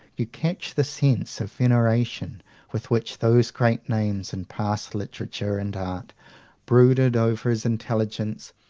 you catch the sense of veneration with which those great names in past literature and art brooded over his intelligence,